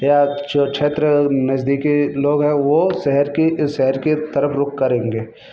या जो क्षेत्र नजदीकी लोग हैं वो शहर की शहर की तरफ रुख करेंगे